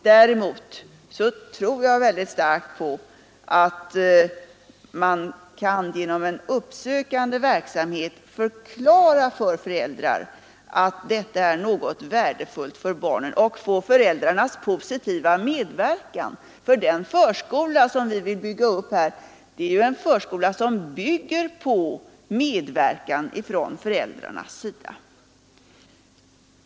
Däremot tror jag väldigt starkt på att man kan genom en uppsökande verksamhet förklara för föräldrar att detta är något värdefullt för barnen och få föräldrarnas positiva medverkan; den förskola som vi vill skapa bygger ju på medverkan från föräldrarnas sida.